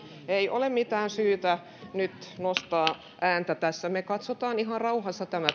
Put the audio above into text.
ei ole mitään syytä nyt nostaa ääntä tässä me katsomme ihan rauhassa tämän